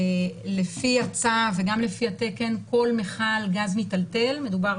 לפי הצו וגם לפי התקן כל מכל גז מטלטל, מדובר